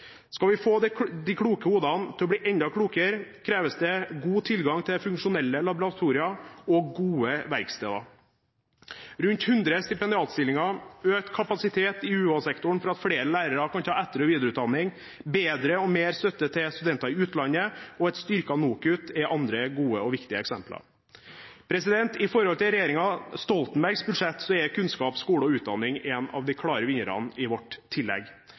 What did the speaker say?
Skal vi få de kloke hodene til å bli enda klokere, kreves det god tilgang til funksjonelle laboratorier og gode verksteder. Rundt hundre stipendiatstillinger, økt kapasitet i UH-sektoren for at flere lærere kan ta etter- og videreutdanning, bedre og mer støtte til studenter i utlandet og et styrket NOKUT er andre gode og viktige eksempler. I forhold til regjeringen Stoltenbergs budsjett er kunnskap, skole og utdanning en av de klare vinnerne i vårt tillegg.